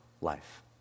life